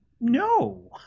no